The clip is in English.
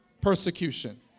persecution